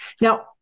Now